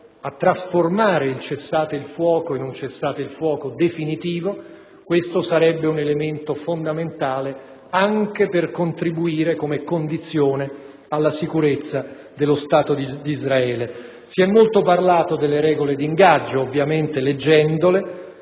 a trasformare il cessate il fuoco in un cessate il fuoco definitivo - sarebbe un elemento fondamentale anche per contribuire alla sicurezza dello Stato di Israele. Si è molto parlato delle regole d'ingaggio: la lettura